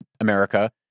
America